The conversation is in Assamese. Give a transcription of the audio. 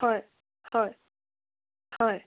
হয় হয় হয়